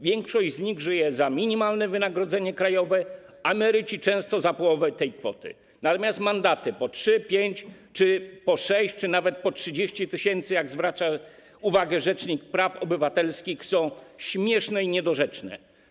Większość z nich żyje za minimalne wynagrodzenie krajowe, a emeryci - często za połowę tej kwoty, natomiast mandaty po 3 tys., 5 tys. czy 6 tys. czy nawet po 30 tys., jak zwraca uwagę rzecznik praw obywatelskich, są śmieszne i niedorzeczne.